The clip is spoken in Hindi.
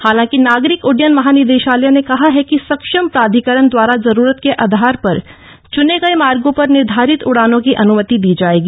हालांकि नागरिक उड्डयन महानिदेशालय ने कहा है कि सक्षम प्राधिकरण द्वारा जरूरत के आधार पर चने गये मार्गों पर निर्धारित उडानों की अनुमति दी जाएगी